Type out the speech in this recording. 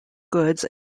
goods